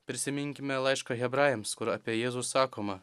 prisiminkime laišką hebrajams kur apie jėzų sakoma